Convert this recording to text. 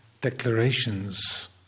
declarations